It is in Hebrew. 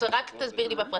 אז בוא נעבור על זה בפרטים.